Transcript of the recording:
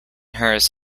hers